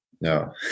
no